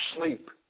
sleep